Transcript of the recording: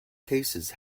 cases